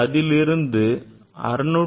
அதிலிருந்து 656